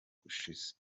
ushize